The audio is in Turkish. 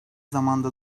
zamanda